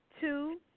two